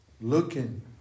Looking